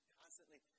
constantly